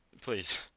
Please